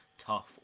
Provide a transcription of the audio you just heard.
Tough